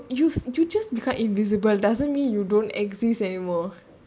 you you you just become invisible doesn't mean you don't exist anymore